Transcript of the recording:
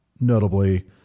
notably